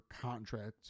contract